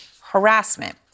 harassment